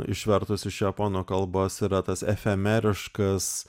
išvertus iš japonų kalbos yra tas efemeriškas